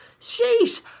sheesh